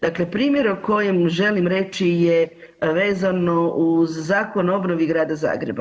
Dakle, primjer o kojem želim reći je vezano uz Zakon o obnovi Grada Zagreba.